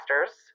master's